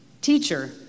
Teacher